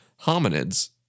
Hominids